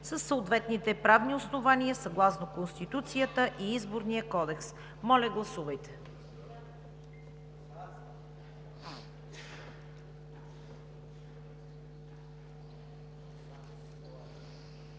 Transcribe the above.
със съответните правни основания съгласно Конституцията и Изборния кодекс. Гласували